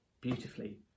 beautifully